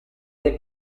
del